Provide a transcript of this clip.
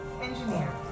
Engineer